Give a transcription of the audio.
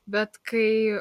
bet kai